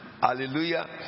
Hallelujah